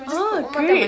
ah great